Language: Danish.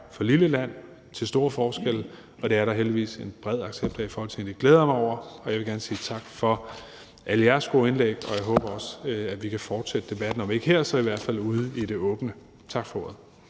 for lille et land til store forskelle, og det er der heldigvis en bred accept af i Folketinget, og det glæder jeg mig over. Jeg vil gerne sige tak for alle jeres gode indlæg, og jeg håber også, at vi kan fortsætte debatten, om ikke her, så i hvert fald ude i det åbne. Tak for ordet.